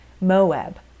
Moab